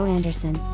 Anderson